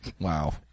Wow